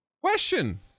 Question